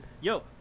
Yo